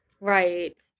right